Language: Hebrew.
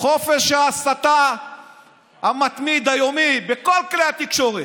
חופש ההסתה המתמיד, היומי, בכל כלי התקשורת.